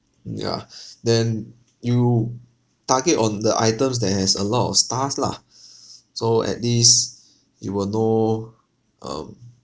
mm yeah then you target on the items that has a lot of stars lah so at least you will know um